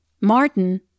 Martin